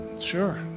Sure